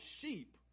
sheep